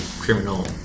Criminal